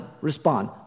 respond